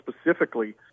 specifically